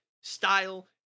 style